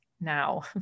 now